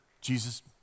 Jesus